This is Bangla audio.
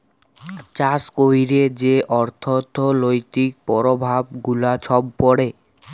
চাষ ক্যইরে যে অথ্থলৈতিক পরভাব গুলা ছব পড়ে